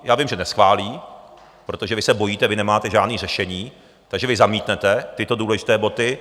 Já vím, že neschválí, protože vy se bojíte, vy nemáte žádné řešení, takže vy zamítnete tyto důležité body.